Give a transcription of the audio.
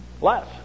less